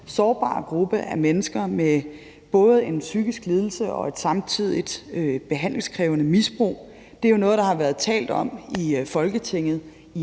sårbare gruppe af mennesker med både en psykisk lidelse og samtidig et behandlingskrævende misbrug. Det er jo noget, der har været talt om i Folketinget